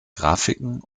graphiken